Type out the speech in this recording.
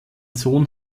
sohn